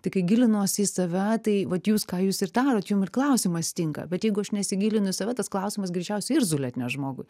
tai kai gilinuos į save tai vat jūs ką jūs ir darot jum ir klausimas tinka bet jeigu aš nesigilinu į save tas klausimas greičiausiai irzulį atneš žmogui